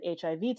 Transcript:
HIV